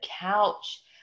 couch